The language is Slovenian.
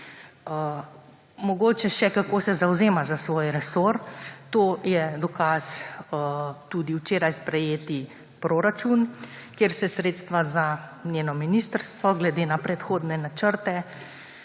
Mogoče še, kako se zavzema za svoj resor. Za to je dokaz tudi včeraj sprejeti proračun, kjer se sredstva za njeno ministrstvo glede na predhodne načrte